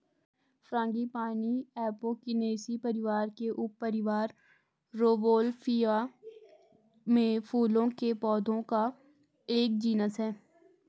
frangipani Apocynaceae परिवार के उपपरिवार रौवोल्फिया में फूलों के पौधों का एक जीनस है